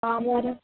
పాముర